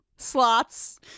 slots